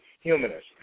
humanist